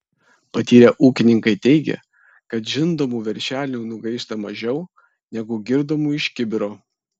patyrę ūkininkai teigia kad žindomų veršelių nugaišta mažiau negu girdomų iš kibiro